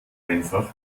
einfach